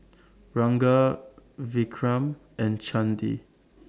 Ranga Vikram and Chandi